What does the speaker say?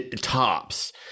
tops